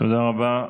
תודה רבה.